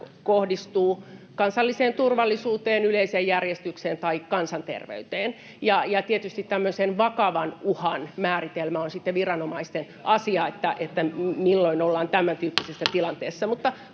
kohdistuu kansalliseen turvallisuuteen, yleiseen järjestykseen tai kansanterveyteen. Ja tietysti tämmöisen vakavan uhan määritelmä on sitten viranomaisten asia, [Mari Rantasen välihuuto] että milloin ollaan tämäntyyppisessä tilanteessa.